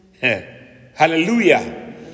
Hallelujah